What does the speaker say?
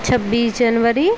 छब्बीस जनवरी